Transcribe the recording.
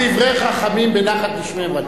תמיד דברי חכמים בנחת נשמעים.